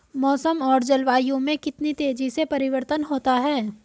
मौसम और जलवायु में कितनी तेजी से परिवर्तन होता है?